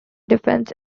defense